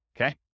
okay